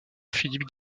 philippe